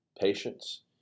patience